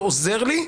זה לא עוזר לי,